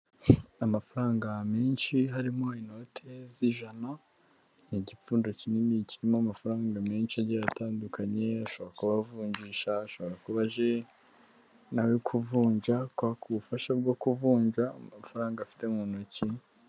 Amafaranga menshi, harimo inote z'ijana, n'igipfundo kinini, kirimo amafaranga menshi, agiye atandukanye, ashobora kuba avunjisha, ashobora kuba aje nawe kuvunja, kwaka ubufasha bwo kuvunja, amafaranga afite mu ntoki.